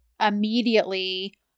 immediately